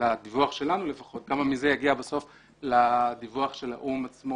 לדיווח שלנו לפחות כמה מזה יגיע בסוף לדיווח של האו"ם עצמו,